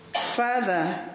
Father